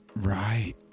right